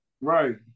Right